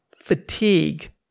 Fatigue